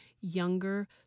younger